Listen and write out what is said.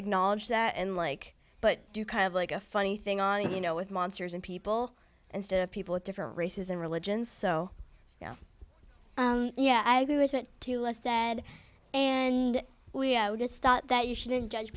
acknowledge that and like but do kind of like a funny thing on it you know with monsters and people and stuff people of different races and religions so yeah yeah i agree with that too less said and we just thought that you shouldn't judge